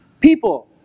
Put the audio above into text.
People